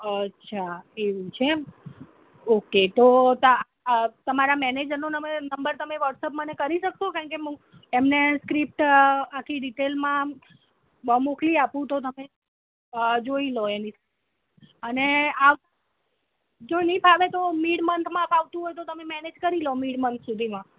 અચ્છા એવું છે એમ ઓકે તો તમે તમારા મેનેજરનો નં નંબર તમે વ્હોટસપ કરી શકશો કારણ કે હું એમને આખી સ્ક્રિપ્ટ ડિટેલમાં બ મોકલી આપું તો તમે જોઈ લો અને આ જો ની ફાવે તો મીડ મન્થમાં ફાવતું હોય તો તમે મેનેજ કરી લો મીડ મન્થ સુધીમાં